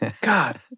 God